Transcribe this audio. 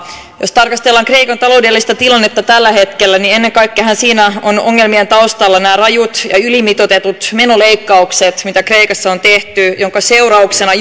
jos tarkastellaan kreikan taloudellista tilannetta tällä hetkellä niin ennen kaikkeahan siinä ovat ongelmien taustalla nämä rajut ja ja ylimitoitetut menoleikkaukset mitä kreikassa on tehty joiden seurauksena